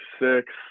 six